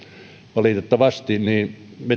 valitettavasti me